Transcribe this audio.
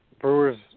Brewers